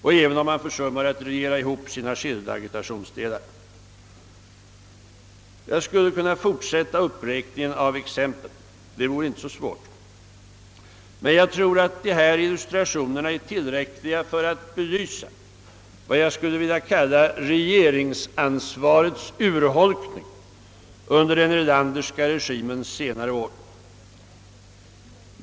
Och även om man försummar att regera ihop sina skilda agitationsdelar. Jag skulle kunna fortsätta uppräkningen; det vore inte så svårt. Men jag tror att dessa illustrationer är tillräckliga för att belysa vad jag skulle vilja kalla regeringsansvarets urholkning under den Erlanderska regimens senare år.